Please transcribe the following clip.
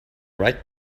right